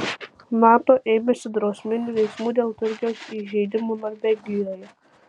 nato ėmėsi drausminių veiksmų dėl turkijos įžeidimo norvegijoje